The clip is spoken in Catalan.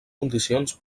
condicions